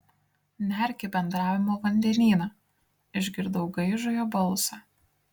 nerk į bendravimo vandenyną išgirdau gaižų jo balsą